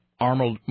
armored